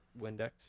Windex